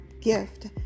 gift